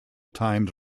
timed